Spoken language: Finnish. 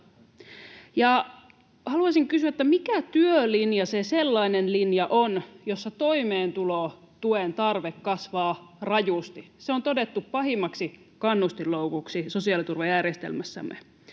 linja se sellainen linja on, jossa toimeentulotuen tarve kasvaa rajusti. Se on todettu pahimmaksi kannustinloukuksi sosiaaliturvajärjestelmässämme.